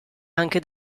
anche